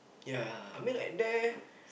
ya I mean like there